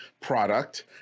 product